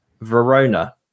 Verona